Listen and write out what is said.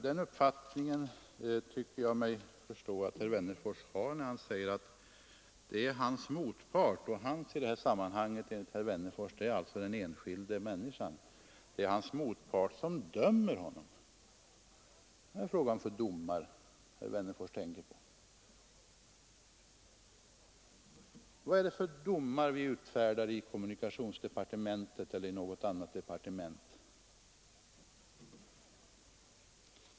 Den uppfattningen tyckte jag mig förstå att herr Wennerfors har, när han sade att det är den enskilda människans motpart som dömer honom. Vad är det fråga om för domar, herr Wennerfors? Vad är det för domar vi utfärdar i kommunikationsdepartementet eller i andra departement?